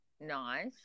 Nice